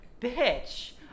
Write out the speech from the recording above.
bitch